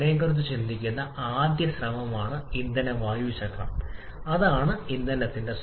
ഈ ഉൽപ്പന്നങ്ങളുടെ സാന്നിധ്യം ഡിസോസിയേഷന്റെ നിരക്ക് കുറയ്ക്കുന്നു അല്ലെങ്കിൽ വിഘടനത്തിന്റെ സാധ്യത